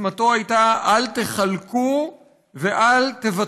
וסיסמתו הייתה: אל תחלקו ואל תוותרו.